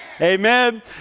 Amen